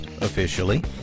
officially